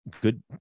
good